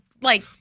like-